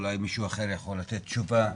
אולי מישהו אחר יכול לתת תשובה.